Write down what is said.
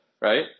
right